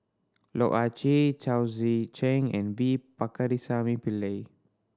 Loh Ah Chee Chao Tzee Cheng and V Pakirisamy Pillai